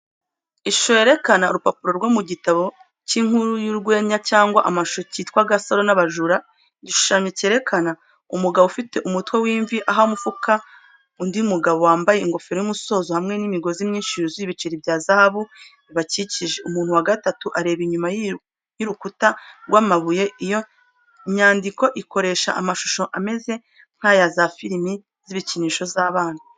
Ishusho yerekana urupapuro rwo mu gitabo cy'inkuru z'urwenya cyangwa cy'amashusho cyitwa "GASARO N'ABAJURA". Igishushanyo cyerekana umugabo ufite umutwe w'imvi aha umufuka undi mugabo wambaye ingofero y'umusozo, hamwe n'imigozi myinshi yuzuye ibiceri bya zahabu bibakikije. Umuntu wa gatatu areba inyuma y'urukuta rw'amabuye. Iyo myandiko ikoresha amashusho ameze nk'aya za firimi z'ibikinisho z'abana.